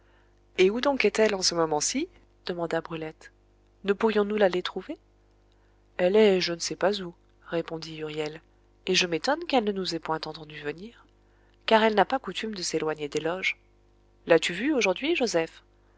et où donc est-elle en ce moment-ci demanda brulette ne pourrions-nous l'aller trouver elle est je ne sais pas où répondit huriel et je m'étonne qu'elle ne nous ait point entendus venir car elle n'a pas coutume de s'éloigner des loges l'as-tu vue aujourd'hui joseph